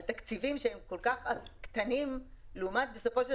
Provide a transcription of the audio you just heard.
על תקציבים שהם כל כך הרבה יותר קטנים לעומת שני מיליארד.